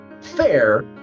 Fair